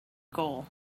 goal